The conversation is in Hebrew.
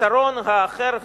הפתרון האחר הזה,